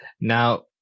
Now